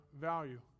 value